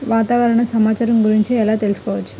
వాతావరణ సమాచారం గురించి ఎలా తెలుసుకోవచ్చు?